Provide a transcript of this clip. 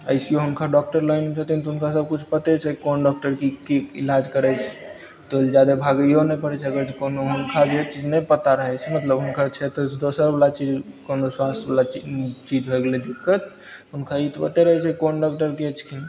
अइसेयो हुनका डॉक्टर लाइनमे छथिन तऽ हुनका सबकुछ पते छै कोन डॉक्टर की की इलाज करय छै तऽ ओइ लए जादा भागइयो नहि पड़य छै अगर जे कोनो हुनका जे चीज नहि पता रहय छै मतलब हुनका क्षेत्र दोसरवला चीज कोनो स्वास्थवला चीज होइ गेलय दिक्कत हुनका ई पते रहय छै कोन डॉक्टरके छथिन